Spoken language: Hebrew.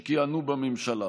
שכיהנו בממשלה,